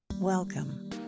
Welcome